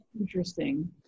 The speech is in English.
Interesting